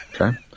Okay